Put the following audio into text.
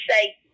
say